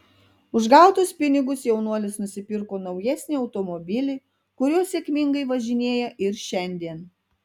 už gautus pinigus jaunuolis nusipirko naujesnį automobilį kuriuo sėkmingai važinėja ir šiandien